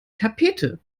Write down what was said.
tapete